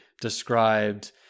described